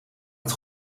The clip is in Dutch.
het